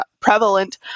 prevalent